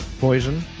poison